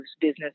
business